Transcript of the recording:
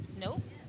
Nope